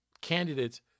candidates